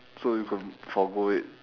so you can forgo it